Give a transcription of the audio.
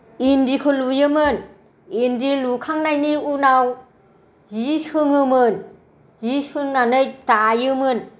इन्दिखौ लुयोमोन इन्दि लुखांनायनि उनाव जि सोङोमोन जि सोंनानै दायोमोन